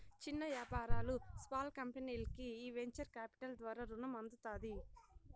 చిన్న యాపారాలు, స్పాల్ కంపెనీల్కి ఈ వెంచర్ కాపిటల్ ద్వారా రునం అందుతాది